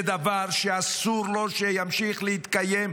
זה דבר שאסור לו שימשיך להתקיים,